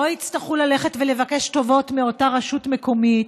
לא יצטרכו ללכת ולבקש טובות מאותה רשות מקומית,